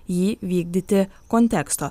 jį vykdyti konteksto